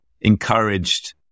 encouraged